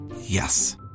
Yes